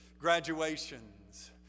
graduations